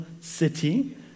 city